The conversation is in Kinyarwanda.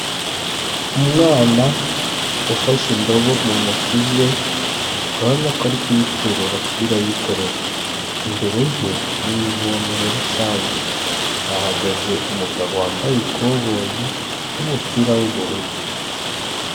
Umwana ufashe indobo mu ntoki ze urabona ko ari kuyiterura kugira ayikorere, imbere ye ni ivomero rusange, hahagaze umugabo wambaye ikoboyi n'umupira w'ubururu.